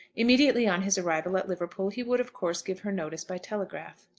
immediately on his arrival at liverpool, he would, of course, give her notice by telegraph.